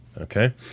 okay